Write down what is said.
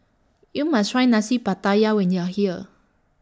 YOU must Try Nasi Pattaya when YOU Are here